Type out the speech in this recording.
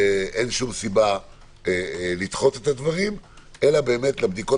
אין שום סיבה לדחות את הדברים אלא לבדיקות